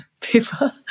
people